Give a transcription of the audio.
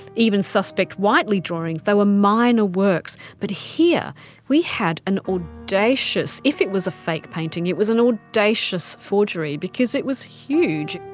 even suspect whiteley drawings they were minor works. but here we had an audacious if it was a fake painting it was an audacious forgery because it was huge.